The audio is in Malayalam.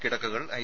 കിടക്കകൾ ഐ